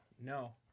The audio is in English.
no